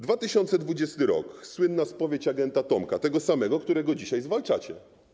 2020 r. - słynna spowiedź agenta Tomka, tego samego, którego dzisiaj zwalczacie.